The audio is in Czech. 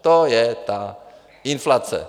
To je ta inflace.